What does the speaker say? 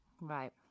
Right